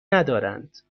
ندارند